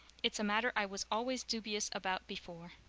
it's a matter i was always dubious about before.